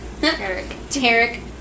Tarek